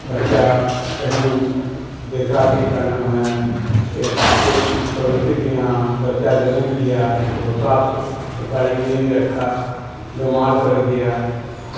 بچہ کہیں ہم دیکھا کہ کا نام ہے ایک ایک پڑوسی کے یہاں بچہ جنم لیا وہ صاف صفائی نہیں رکھا بیمار پڑ گیا